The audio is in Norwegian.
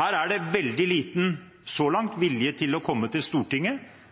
Her er det – så langt – veldig liten vilje til å komme til Stortinget